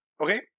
Okay